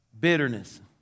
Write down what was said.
bitterness